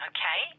Okay